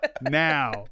now